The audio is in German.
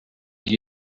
ich